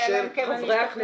ישיבה זו